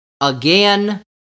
again